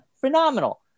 Phenomenal